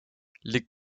les